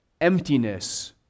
emptiness